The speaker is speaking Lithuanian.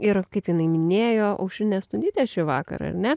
ir kaip jinai minėjo aušrinė stundytė šįvakar ne